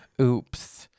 Oops